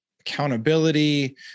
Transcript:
accountability